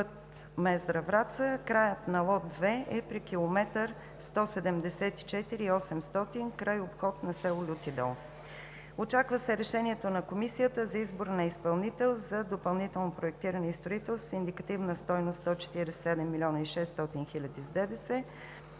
път Мездра – Враца. Краят на лот 2 е при км 174+800 край обхода на село Лютидол. Очаква се решението на Комисията за избор на изпълнител за допълнително проектиране и строителство с индикативна стойност 147 млн. 600 хил.